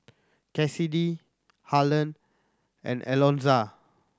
Cassidy Harland and Alonza